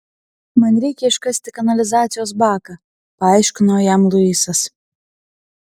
man reikia iškasti kanalizacijos baką paaiškino jam luisas